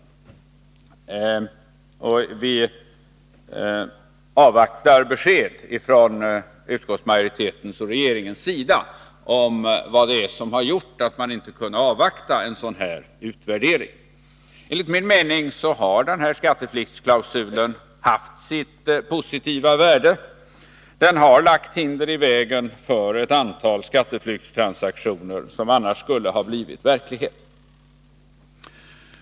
Vi väntar således på besked från utskottsmajoritetens och regeringens sida om vad det är som har gjort att man inte kunnat avvakta en utvärdering. Enligt min mening har skatteflyktsklausulen haft sitt värde. Den har lagt hinder i vägen för ett antal skatteflyktstransaktioner som annars skulle ha blivit verklighet.